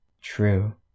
True